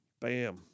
Bam